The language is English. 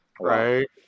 right